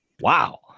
Wow